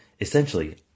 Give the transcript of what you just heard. Essentially